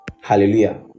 hallelujah